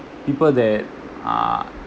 people that uh